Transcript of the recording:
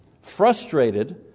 Frustrated